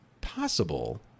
possible